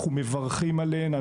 ומברכים עליהן.